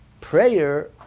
prayer